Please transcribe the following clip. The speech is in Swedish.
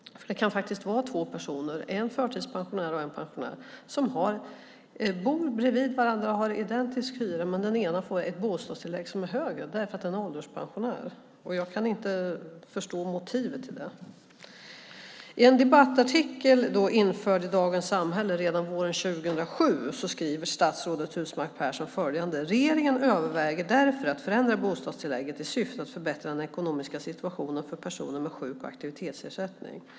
Det kan faktiskt vara så att två personer, en förtidspensionär och en pensionär, bor bredvid varandra och har identisk hyra, men den ena får ett bostadstillägg som är högre därför att han eller hon är ålderspensionär. Jag kan inte förstå motivet till det. I en debattartikel införd i Dagens samhälle redan våren 2007 skriver statsrådet Husmark Pehrsson följande: "Regeringen överväger därför att förändra bostadstillägget i syfte att förbättra den ekonomiska situationen för personer med sjuk och aktivitetsersättning."